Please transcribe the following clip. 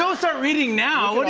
so start reading now! what